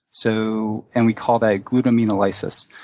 so and we call that glutaminolysis.